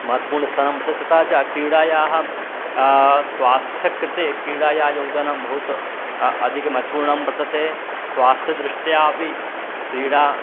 महत्वपूर्णं स्थानं वर्तते तथा च क्रीडायाः स्वास्थ्यकृते क्रीडायाः योगदानं बहु अधिक महत्वपूर्णं वर्तते स्वास्थ्यदृष्ट्या अपि क्रीडा